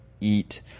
eat